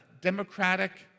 democratic